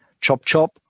chop-chop